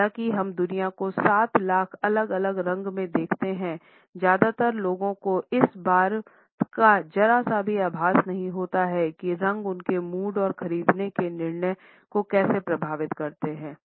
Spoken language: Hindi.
हालाँकि हम दुनिया को 7 लाख अलग अलग रंग में देखते हैं ज्यादातर लोगों को इस बात का जरा सा भी आभास नहीं होता है कि रंग उनके मूड और खरीदने के निर्णय को कैसे प्रभावित करते हैं